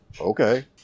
Okay